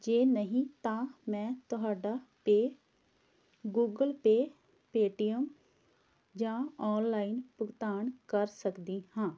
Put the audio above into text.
ਜੇ ਨਹੀਂ ਤਾਂ ਮੈਂ ਤੁਹਾਡਾ ਪੇਅ ਗੂਗਲ ਪੇਅ ਪੇਅਟੀਐੱਮ ਜਾਂ ਔਨਲਾਈਨ ਭੁਗਤਾਨ ਕਰ ਸਕਦੀ ਹਾਂ